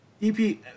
EP